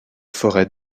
forêts